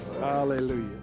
Hallelujah